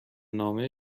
نامه